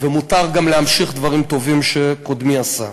ומותר גם להמשיך דברים טובים שקודמי עשה.